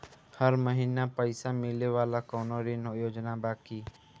हर महीना पइसा मिले वाला कवनो ऋण योजना बा की?